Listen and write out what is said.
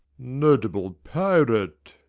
notable pirate!